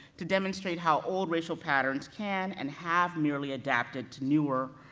to demonstrate how old racial patterns can, and have merely adapted to newer,